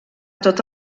tot